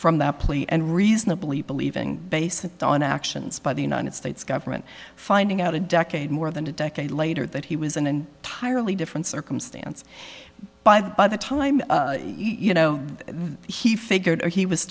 from that plea and reasonably believing based on actions by the united states government finding out a decade more than a decade later that he was in and tiredly different circumstance by the by the time you know he figured he was